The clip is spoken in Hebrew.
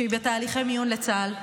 שהיא בתהליכי מיון לצה"ל,